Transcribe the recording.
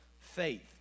faith